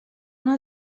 una